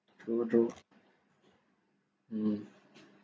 true true mm